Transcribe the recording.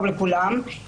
לעשות אולי קצת סדר,